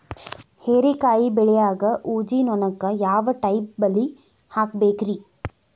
ಹೇರಿಕಾಯಿ ಬೆಳಿಯಾಗ ಊಜಿ ನೋಣಕ್ಕ ಯಾವ ಟೈಪ್ ಬಲಿ ಹಾಕಬೇಕ್ರಿ?